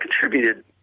contributed